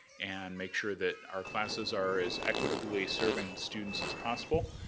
and make sure that our classes are as equitably serving students as possible.